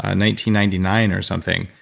ah ninety ninety nine or something.